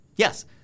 Yes